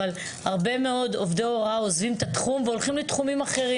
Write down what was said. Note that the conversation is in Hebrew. אבל הרבה מאוד עובדי הוראה עוזבים את התחום והולכים לתחומים אחרים.